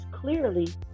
clearly